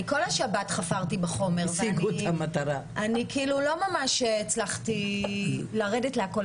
כל השבת "חפרתי" בחומר ולא ממש הצלחתי לרדת לכול.